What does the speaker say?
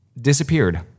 disappeared